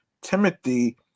Timothy